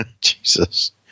Jesus